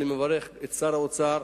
אני מברך את שר האוצר,